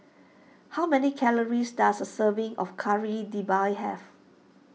how many calories does a serving of Kari Debal have